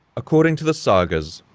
according to the sagas,